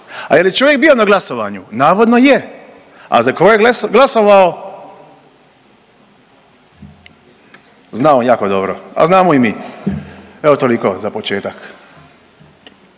A je li čovjek bio na glasovanju? Navodno je. A za kog je glasovao? Zna on jako dobro, a znamo i mi. Evo, toliko za početak.